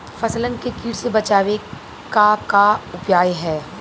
फसलन के कीट से बचावे क का उपाय है?